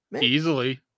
easily